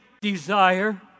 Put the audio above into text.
desire